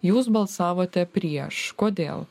jūs balsavote prieš kodėl